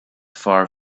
far